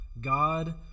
God